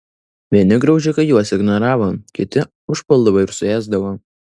vieni graužikai juos ignoravo kiti užpuldavo ir suėsdavo